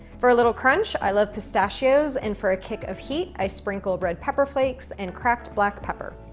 for a little crunch, i love pistachios and for a kick of heat, i sprinkle red pepper flakes and cracked black pepper.